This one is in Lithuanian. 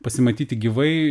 pasimatyti gyvai